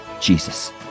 Jesus